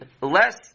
less